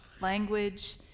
language